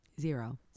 Zero